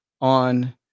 on